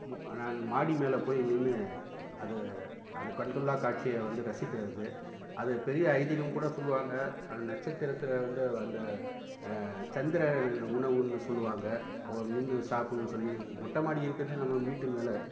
நான் மாடிமேல் போய் நின்று அது அதைக் கண்கொள்ளாக் காட்சியை வந்து ரசிக்கிறது அது பெரிய ஐதீகம் கூட சொல்வாங்க நட்சத்திரத்தில் வந்து அந்த சந்திர உணவுன்னு சொல்லுவாங்க ஓ நின்று சாப்புடுன்னு சொல்லி மொட்டைமாடி இருக்குது நம்ம வீட்டு மேலே